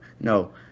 No